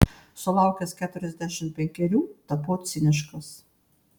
sulaukęs keturiasdešimt penkerių tapau ciniškas